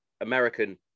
American